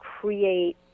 create